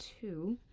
two